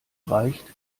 reicht